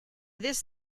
this